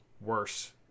worse